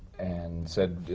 and said,